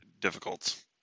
difficult